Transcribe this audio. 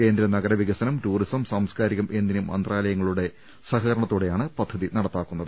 കേന്ദ്ര നഗര വികസനം ടൂറിസം സാംസ്കാരികം എന്നീ മന്ത്രാലയങ്ങളുടെ സഹ കരണത്തോടെയാണ് പദ്ധതി നടപ്പാക്കുന്നത്